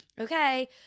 okay